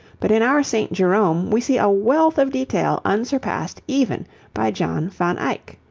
but in our st. jerome we see a wealth of detail unsurpassed even by john van eyck.